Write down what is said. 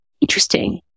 Interesting